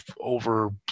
over